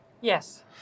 yes